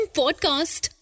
podcast